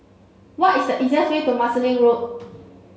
what is the easiest way to Marsiling Road